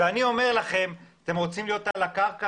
אני אומר לכם שיש להקים